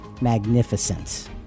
magnificent